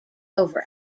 over